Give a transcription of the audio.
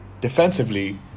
defensively